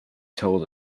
told